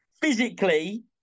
physically